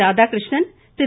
Radhakrishnan Thiru